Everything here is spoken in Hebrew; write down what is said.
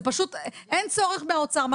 אין צורך מהאוצר.